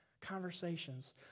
conversations